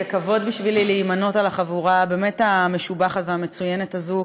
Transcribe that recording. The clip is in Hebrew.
זה כבוד בשבילי להימנות עם החבורה המשובחת והמצוינת הזאת,